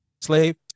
slave